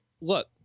look